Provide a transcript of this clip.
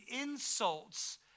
insults